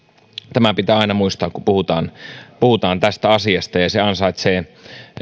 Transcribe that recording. tämä pitää aina muistaa kun puhutaan puhutaan tästä asiasta ja se ansaitsee